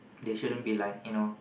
they shouldn't be like you know